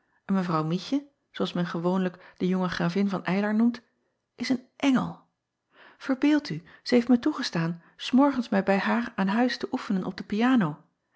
w ietje zoo als men gewoonlijk de jonge ravin van ylar noemt is een engel erbeeld u zij heeft mij toegestaan s morgens mij bij haar aan huis te oefenen op de piano